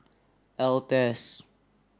Altez